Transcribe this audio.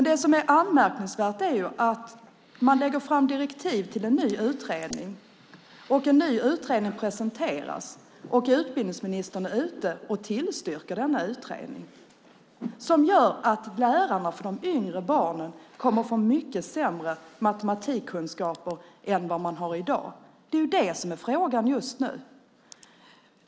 Det som är anmärkningsvärt är att man lägger fram direktiv till en ny utredning, att en ny utredning presenteras och att utbildningsministern är ute och tillstyrker denna utredning som gör att lärarna för de yngre barnen kommer att få mycket sämre matematikkunskaper än vad de har i dag. Det är det som är frågan just nu.